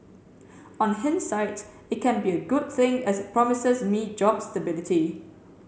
on hindsight it can be a good thing as it promises me job stability